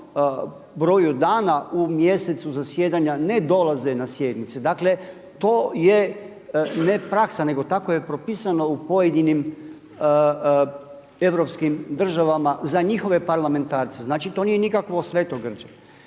broju dana u mjesecu zasjedanja ne dolaze na sjednice. Dakle, to je ne praksa, nego tako je propisano u pojedinim europskim državama za njihove parlamentarce. Znači, to nije nikakvog svetogrđe.